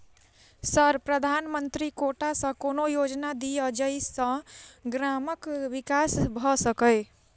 Sir प्रधानमंत्री quota सऽ कोनो योजना दिय जै सऽ ग्रामक विकास भऽ सकै?